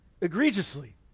egregiously